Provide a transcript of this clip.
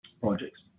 projects